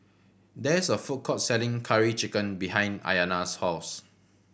there is a food court selling Curry Chicken behind Ayana's house